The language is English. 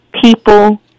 people